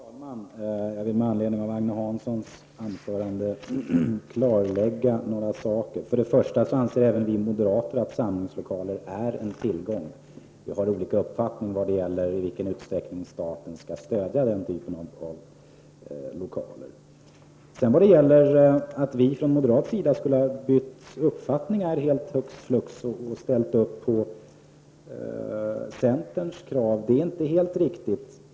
Fru talman! Jag vill med anledning av Agne Hanssons anförande klarlägga några saker. Även vi moderater anser att samlingslokaler är en tillgång. Vi har olika uppfattning om i vilken utsträckning staten skall stödja den typen av lokaler. Påståendet att vi från moderat sida skulle ha bytt uppfattning hux flux och gått med på centerns krav är inte helt riktigt.